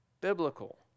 biblical